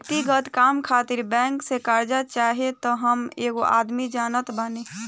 व्यक्तिगत काम खातिर बैंक से कार्जा चाही त हम एगो आदमी के जानत बानी